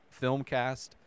Filmcast